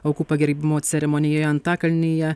aukų pagerbimo ceremonijoje antakalnyje